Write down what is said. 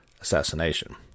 assassination